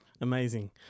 Amazing